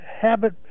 habit